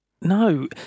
No